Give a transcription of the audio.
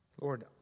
Lord